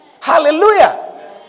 Hallelujah